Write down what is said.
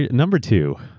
ah number two.